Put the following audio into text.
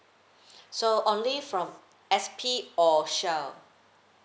so only from S_P or shell